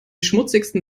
schmutzigsten